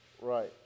Right